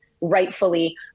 rightfully